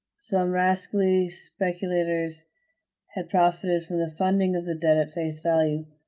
some rascally speculators had profited from the funding of the debt at face value,